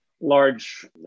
large